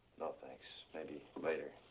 no, thanks. maybe later.